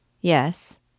Yes